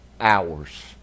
hours